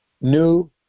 new